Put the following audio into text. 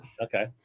Okay